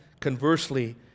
conversely